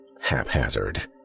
haphazard